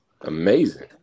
amazing